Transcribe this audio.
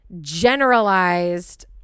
generalized